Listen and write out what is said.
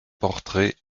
portraits